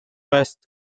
west